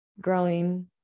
growing